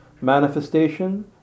Manifestation